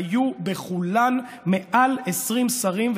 היו בכולן מעל 20 שרים,